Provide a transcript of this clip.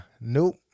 nope